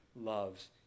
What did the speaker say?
loves